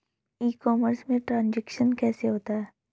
ई commerce में transaction कैसे होता है?